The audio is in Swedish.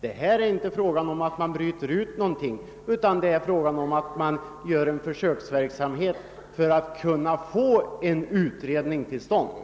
Det är i detta fall inte fråga om att bryta ut någonting, utan det är fråga om att göra ett försök för att få fram ett bättre utredningsmaterial.